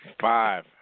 Five